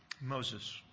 Moses